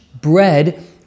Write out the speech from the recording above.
bread